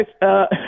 guys